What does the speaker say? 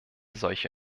solche